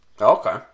Okay